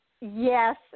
Yes